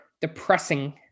depressing